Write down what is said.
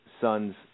son's